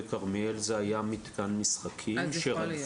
בכרמיאל זה היה מתקן משחקים שהוא ברח אליו